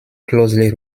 closely